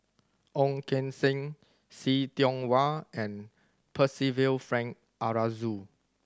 Ong Keng Sen See Tiong Wah and Percival Frank Aroozoo